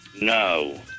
No